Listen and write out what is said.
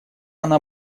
она